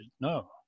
no